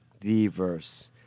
the-Verse